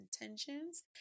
intentions